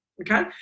Okay